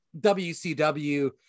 WCW